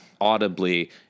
audibly